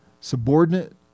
subordinate